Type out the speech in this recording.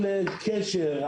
על קשר,